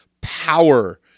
power